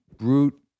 brute